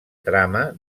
trama